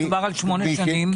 מדובר על שמונה שנים.